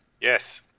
Yes